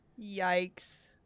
Yikes